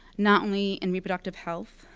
not only in reproductive health,